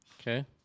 Okay